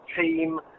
team